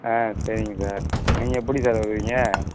ஆ சரிங்க சார் நீங்கள் எப்படி சார் வருவீங்க